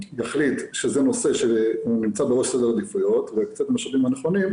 יחליט שזה נושא שנמצא בראש סדר העדיפויות ויקצה את המשאבים הנכונים,